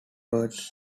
ward